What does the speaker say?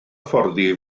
hyfforddi